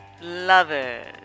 lovers